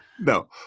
No